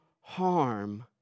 harm